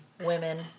Women